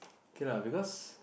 K lah because